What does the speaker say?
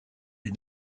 des